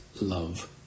love